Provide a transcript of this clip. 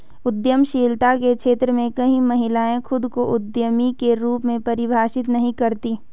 उद्यमशीलता के क्षेत्र में कई महिलाएं खुद को उद्यमी के रूप में परिभाषित नहीं करती